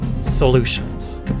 solutions